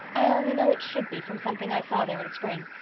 i only know it should be, from something i saw there in spring.